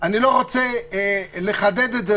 אני לא רוצה לחדד את זה,